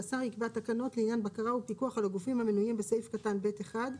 השר יקבע תקנות לעניין בקרה ופיקוח על הגופים המנויים בסעיף קטן ב'1.